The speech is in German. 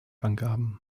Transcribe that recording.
angaben